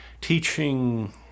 teaching